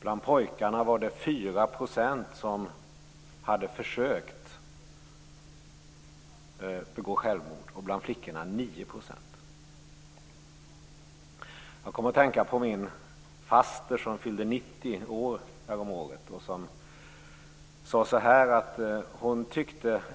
Bland pojkar är det 4 % som har försökt begå självmord. Motsvarande siffra för flickor är 9 %. Jag kom att tänka på min faster som häromåret fyllde 90 år.